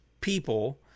people